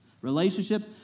relationships